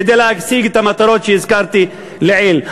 כדי להשיג את המטרות שהזכרתי לעיל.